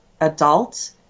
adult